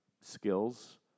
skills